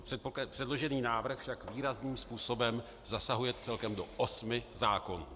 Předložený návrh však výrazným způsobem zasahuje celkem do osmi zákonů.